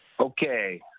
Okay